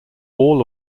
all